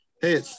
hey